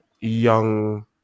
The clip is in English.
young